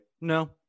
no